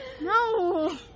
No